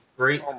Great